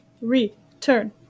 return